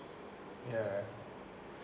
ya